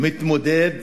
מתמודד